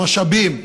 המשאבים,